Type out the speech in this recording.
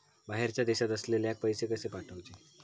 बाहेरच्या देशात असलेल्याक पैसे कसे पाठवचे?